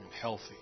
healthy